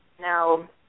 Now